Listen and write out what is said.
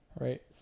right